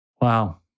Wow